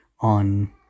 on